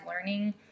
learning